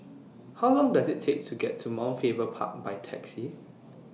How Long Does IT Take to get to Mount Faber Park By Taxi